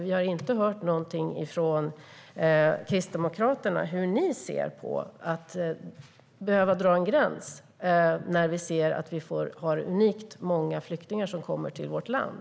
Vi har inte hört någonting från Kristdemokraterna om hur ni ser på att behöva dra en gräns när unikt många flyktingar kommer till vårt land.